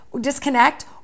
Disconnect